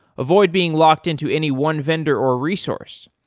avoid being locked into any one vendor or resource.